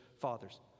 fathers